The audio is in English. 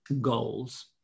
goals